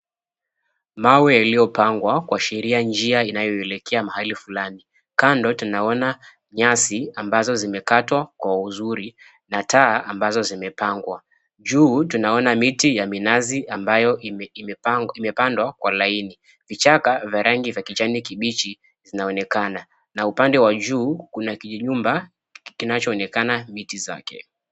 Mawe yaliyopangwa kuashiria njia inayoelekea mahali fulani. Kando tunaona nyasi ambazo zimekatwa kwa uzuri na taa ambazo zimepangwa. Juu tunaona miti ya minazi ambayo imepandwa kwa laini. Vichaka vya rangi za kijani kibichi zinaonekana, na upande wa juu kuna kijinyumba kinachoonekana miti zake.